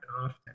often